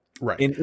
Right